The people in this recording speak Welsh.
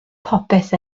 popeth